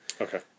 Okay